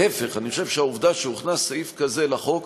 להפך, אני חושב שהעובדה שהוכנס סעיף כזה לחוק